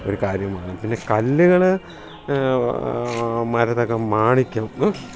ഒരു കാര്യമാണ് പിന്നെ കല്ലുകൾ മരതകം മാണിക്യം